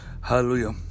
Hallelujah